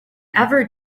ever